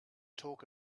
talk